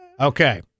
Okay